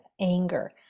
anger